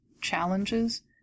challenges